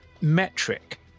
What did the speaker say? metric